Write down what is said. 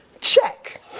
Check